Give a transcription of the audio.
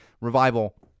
Revival